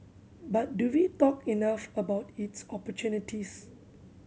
but do we talk enough about its opportunities